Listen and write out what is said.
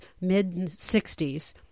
mid-60s